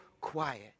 quiet